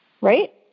right